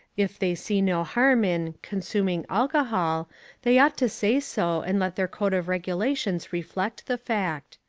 if they see no harm in consuming alcohol they ought to say so and let their code of regulations reflect the fact.